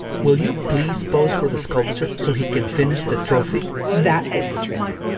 will you please pose for the sculpture so he can finish the trophy that did the trick?